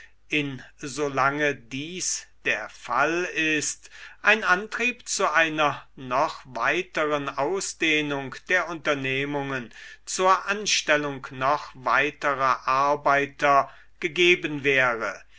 insolange dies der fall ist ein antrieb zu einer noch weiteren ausdehnung der unternehmungen zur anstellung noch weiterer arbeiter gegeben wäre